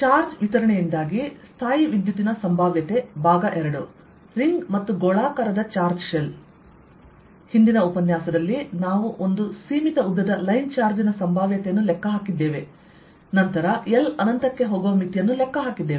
charge ವಿತರಣೆಯಿಂದಾಗಿ ಸ್ಥಾಯೀವಿದ್ಯುತ್ತಿನ ಸಂಭಾವ್ಯತೆ-II ರಿಂಗ್ ಮತ್ತು ಗೋಳಾಕಾರದ ಚಾರ್ಜ್ ಶೆಲ್ ಹಿಂದಿನ ಉಪನ್ಯಾಸದಲ್ಲಿ ನಾವು ಒಂದು ಸೀಮಿತ ಉದ್ದದ ಲೈನ್ಚಾರ್ಜ್ ನ ಸಂಭಾವ್ಯತೆಯನ್ನು ಲೆಕ್ಕ ಹಾಕಿದ್ದೇವೆ ಮತ್ತು ನಂತರ L ಅನಂತಕ್ಕೆ ಹೋಗುವ ಮಿತಿಯನ್ನು ಲೆಕ್ಕ ಹಾಕಿದ್ದೇವೆ